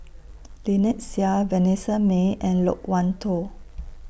Lynnette Seah Vanessa Mae and Loke Wan Tho